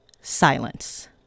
silence